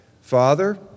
Father